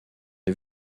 les